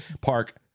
Park